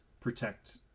protect